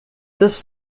this